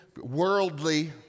worldly